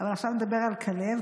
אבל עכשיו נדבר על כלב.